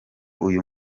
uyu